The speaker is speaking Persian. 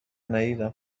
ندیدم